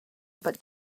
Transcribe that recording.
but